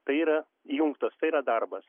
tai yra jungtos tai yra darbas